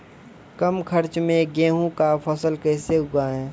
कम खर्च मे गेहूँ का फसल कैसे उगाएं?